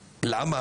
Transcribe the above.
למה?